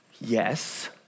Yes